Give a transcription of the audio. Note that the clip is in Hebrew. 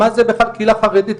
מה זה בכלל קהילה חרדית,